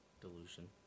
Delusion